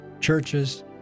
churches